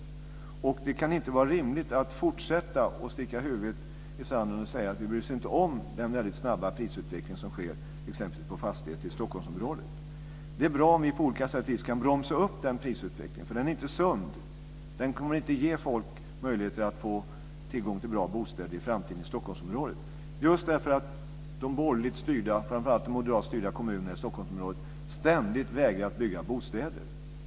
Det kan inte vara rimligt att fortsätta att sticka huvudet i sanden och säga att vi inte bryr oss om den väldigt snabba prisutveckling som sker exempelvis på fastigheter i Stockholmsområdet. Det är bra om vi på olika sätt kan bromsa upp den prisutvecklingen, för den är inte sund. Den kommer inte att ge folk möjligheter att få tillgång till bra bostäder i framtiden i Stockholmsområdet just därför att de borgerligt styrda, framför allt moderatstyrda, kommunerna i Stockholmsområdet ständigt vägrar att bygga bostäder.